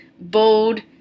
bold